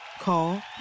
Call